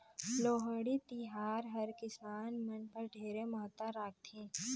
लोहड़ी तिहार हर किसान मन बर ढेरे महत्ता राखथे